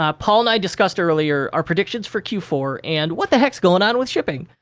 um paul and i discussed earlier, our predictions for q four and what the heck's going on with shipping?